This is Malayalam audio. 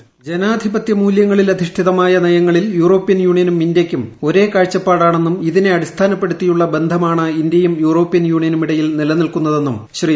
വോയ്സ് ജനാധിപത്യ മൂല്യങ്ങളിൽ അധിഷ്ഠിതമായ നയങ്ങളിൽ യൂറോപ്യൻ യൂണിയനും ഇന്ത്യക്കും ഒരേ കാഴ്ചപ്പാടാണെന്നും ഇതിനെ അടിസ്ഥാനപ്പെടുത്തിയുള്ള ബന്ധമാണ് ഇന്ത്യയും യൂറോപ്യൻ യൂണിയനും ഇടയിൽ നിലനിൽക്കുമെന്ന് ശ്രീ